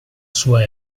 sua